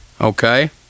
Okay